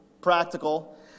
practical